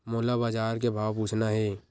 मोला बजार के भाव पूछना हे?